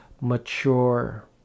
mature